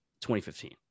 2015